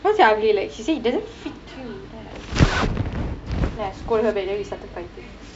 not say ugly like she say it doesn't fit you then I like okay then I scold her back then we started fighting